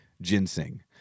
Ginseng